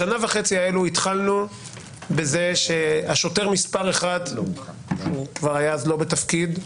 בשנה וחצי האלו התחלנו בזה שהשוטר מספר אחת כבר היה אז לא בתפקיד,